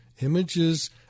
Images